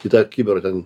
kitą kibirą ten